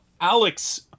Alex